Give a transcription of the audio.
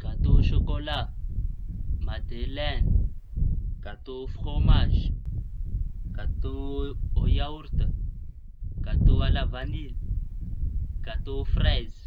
Gatô sokôla, madeleiny, gatô fromazy, gatô ô iaorta, gatô alavañily, gatô fraizy.